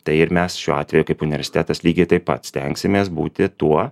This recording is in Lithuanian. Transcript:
tai ir mes šiuo atveju kaip universitetas lygiai taip pat stengsimės būti tuo